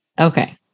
okay